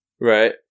Right